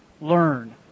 learn